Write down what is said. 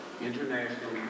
international